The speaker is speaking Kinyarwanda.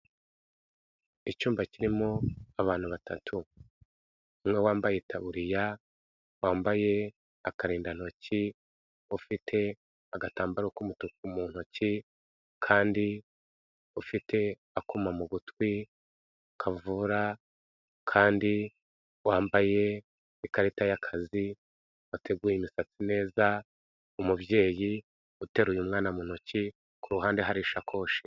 Icyumba kirimo abantu batatu. Umwe wambaye itaburiya, wambaye akarindantoki, ufite agatambaro k'umutuku mu ntoki kandi ufite akuma mu gutwi kavura kandi wambaye ikarita y'akazi, wateguye imisatsi neza, umubyeyi uteruye mwana mu ntoki, ku ruhande hari ishakoshi.